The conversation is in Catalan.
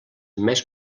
més